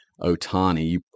Otani